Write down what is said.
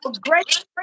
great